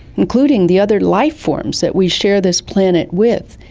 including the other lifeforms that we share this planet with.